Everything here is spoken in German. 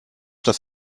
das